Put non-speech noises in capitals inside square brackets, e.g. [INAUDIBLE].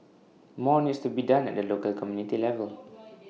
more needs to be done at the local community level [NOISE]